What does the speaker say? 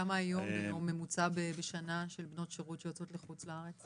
כמה היום בממוצע בשנה של בנות שירות שיוצאות לחוץ לארץ?